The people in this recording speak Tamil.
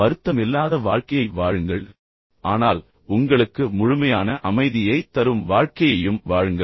வருத்தமில்லாத வாழ்க்கையை வாழுங்கள் ஆனால் உங்களுக்கு முழுமையான அமைதியைத் தரும் வாழ்க்கையையும் வாழுங்கள்